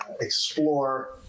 explore